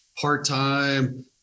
part-time